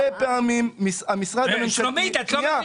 הרבה פעמים המשרד הממשלתי --- שלומית,